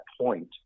point